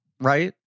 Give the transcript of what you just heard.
right